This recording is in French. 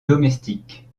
domestique